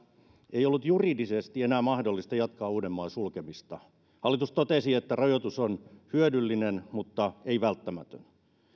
ei ollut juridisesti enää mahdollista jatkaa uudenmaan sulkemista hallitus totesi että rajoitus on hyödyllinen mutta ei välttämätön